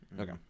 Okay